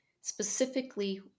specifically